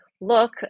look